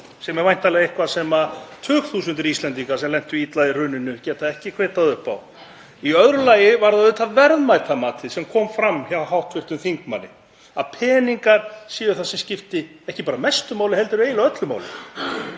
sem er væntanlega eitthvað sem tugþúsundir Íslendinga sem lentu illa í hruninu geta ekki kvittað upp á. Í öðru lagi var það auðvitað verðmætamatið sem kom fram hjá hv. þingmanni, að peningar séu það sem skipti ekki bara mestu máli heldur eiginlega öllu máli.